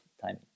timing